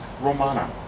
romana